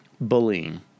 Bullying